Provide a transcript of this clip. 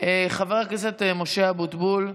חבר הכנסת משה אבוטבול,